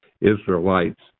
Israelites